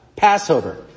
Passover